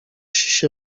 się